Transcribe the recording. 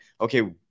okay